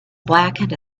blackened